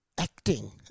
acting